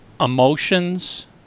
Emotions